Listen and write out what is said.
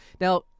now